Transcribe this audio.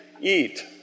eat